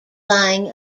lying